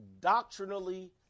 doctrinally